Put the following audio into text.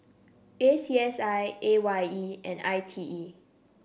A C S I A Y E and I T E